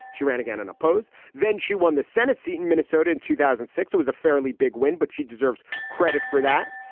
she ran again and opposed. then she won. the senate seat in minnesota in two thousand and six was a fairly big win, but she deserves credit for that.